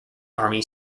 army